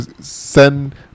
send